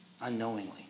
Unknowingly